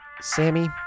Sammy